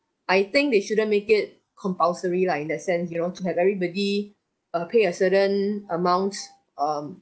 I think they shouldn't make it compulsory lah in that sense you know to have everybody uh pay a certain amount um